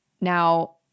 Now